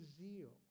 zeal